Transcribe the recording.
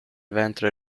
ventre